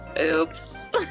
Oops